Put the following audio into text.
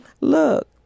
Look